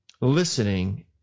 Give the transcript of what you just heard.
listening